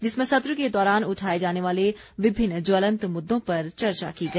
जिसमें सत्र के दौरान उठाए जाने वाले विभिन्न ज्वलंत मुददों पर चर्चा की गई